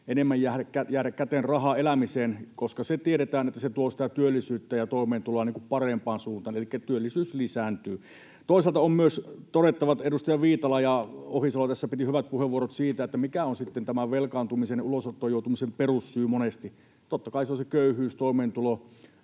enemmän rahaa käteen elämiseen, koska se tiedetään, että se tuo sitä työllisyyttä ja toimeentuloa parempaan suuntaan, elikkä työllisyys lisääntyy. Toisaalta on myös todettava, että edustajat Viitala ja Ohisalo tässä pitivät hyvät puheenvuorot siitä, mikä on sitten tämän velkaantumisen ja ulosottoon joutumisen perussyy monesti. Totta kai se on se köyhyys, toimeentulo,